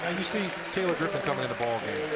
you see taylor griffin coming in the ball game.